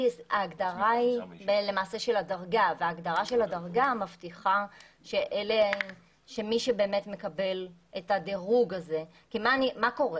של הדרגה וההגדרה של הדרגה מבטיחה שמי שמקבל את הדירוג הזה כי מה קורה?